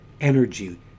energy